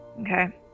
Okay